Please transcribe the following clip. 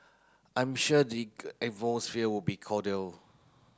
I'm sure the will be cordial